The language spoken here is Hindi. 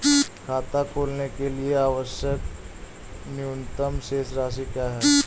खाता खोलने के लिए आवश्यक न्यूनतम शेष राशि क्या है?